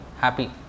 happy